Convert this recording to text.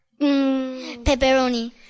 pepperoni